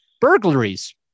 burglaries